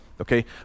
okay